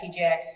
TJX